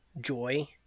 Joy